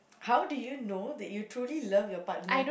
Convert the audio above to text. how do you know that you truly love your partner